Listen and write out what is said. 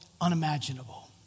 unimaginable